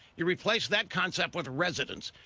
you replace that concept with residents.